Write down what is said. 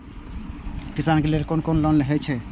किसान के लेल कोन कोन लोन हे छे?